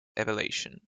evaluation